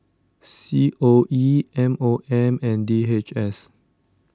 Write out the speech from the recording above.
C O E M O M and D H S